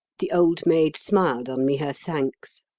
the old maid smiled on me her thanks.